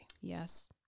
Yes